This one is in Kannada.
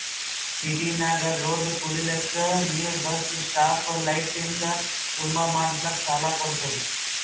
ಸಿಟಿನಾಗ್ ರೋಡ್ ಕುಡಿಲಕ್ ನೀರ್ ಬಸ್ ಸ್ಟಾಪ್ ಲೈಟಿಂದ ಖಂಬಾ ಮಾಡುಸ್ಲಕ್ ಸಾಲ ಕೊಡ್ತುದ